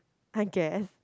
I guess